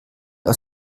aus